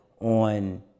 on